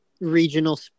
regional